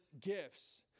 gifts